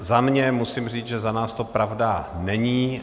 Za sebe musím říct, že za nás to pravda není.